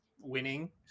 winning